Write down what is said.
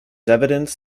evidence